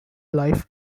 life